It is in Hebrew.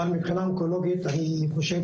אבל מבחינה אונקולוגית, אני חושב